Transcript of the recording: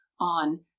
on